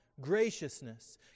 graciousness